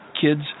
Kids